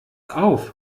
auf